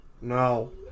No